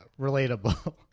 relatable